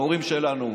את ההורים שלנו,